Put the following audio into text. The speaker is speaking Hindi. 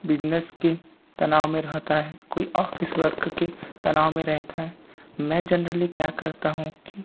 बिजनेस के तनाव में रहता है कोई ऑफ़िस वर्क के तनाव में रहता है मैं जनरली क्या करता हूँ कि